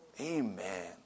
amen